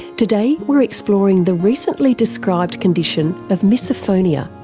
today we're exploring the recently described condition of misophonia,